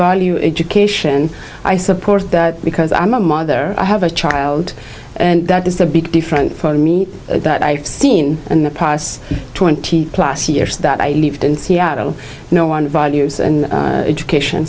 value education i support that because i'm a mother i have a child and that is the big difference for me that i have seen and the past twenty plus years that i lived in seattle no one values and education